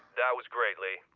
that was great lee.